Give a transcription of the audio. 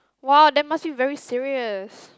!wow! that must be very serious